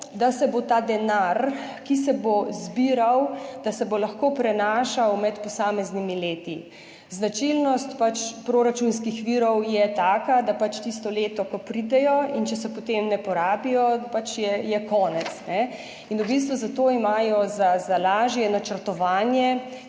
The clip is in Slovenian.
da se bo ta denar, ki se bo zbiral, lahko prenašal med posameznimi leti. Značilnost proračunskih virov je taka, da pač tisto leto, ko pridejo in če se potem ne porabijo, je pač konec in v bistvu imajo zato za lažje načrtovanje